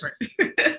different